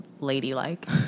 ladylike